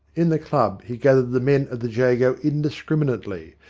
in the club he gathered the men of the jago in discriminately,